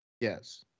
Yes